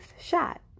shot